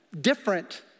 different